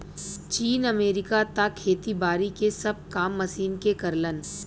चीन, अमेरिका त खेती बारी के सब काम मशीन के करलन